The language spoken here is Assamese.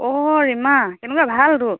ঔ ৰিমা কেনেকুৱা ভাল তোৰ